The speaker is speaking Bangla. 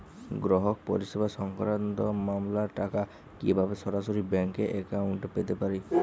গ্রাহক পরিষেবা সংক্রান্ত মামলার টাকা কীভাবে সরাসরি ব্যাংক অ্যাকাউন্টে পেতে পারি?